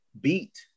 beat